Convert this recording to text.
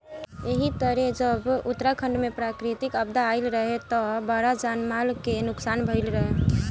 एही तरे जब उत्तराखंड में प्राकृतिक आपदा आईल रहे त बड़ा जान माल के नुकसान भईल रहे